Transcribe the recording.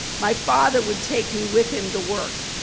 my father would take me with him to work.